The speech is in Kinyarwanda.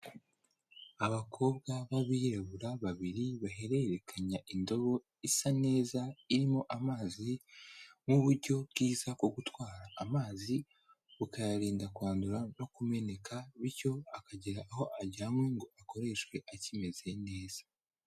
Abakobwa b'abirabura babiri bahererekanya indobo isa neza, irimo amazi nk'uburyo bwiza bwo gutwara amazi, bukayarinda kwandura no kumeneka bityo akagera aho ajyanywe ngo akoreshwe akimeze neza.